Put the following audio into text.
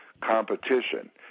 competition